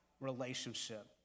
relationship